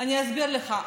אני אסביר לך.